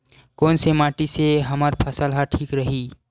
कोन से माटी से हमर फसल ह ठीक रही?